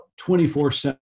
24-7